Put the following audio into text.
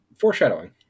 Foreshadowing